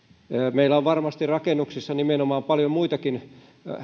meillä on varmasti rakennuksissa nimenomaan paljon muitakin